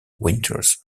winters